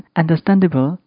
understandable